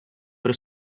при